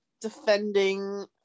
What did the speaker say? defending